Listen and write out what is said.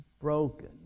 broken